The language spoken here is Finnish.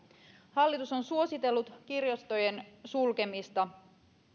hallitus on suositellut kirjastojen sulkemista